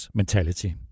mentality